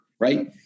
right